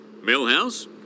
Millhouse